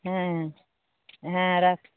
হ্যাঁ হ্যাঁ রাখ